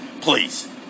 Please